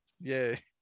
Yay